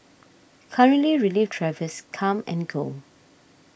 currently relief drivers come and go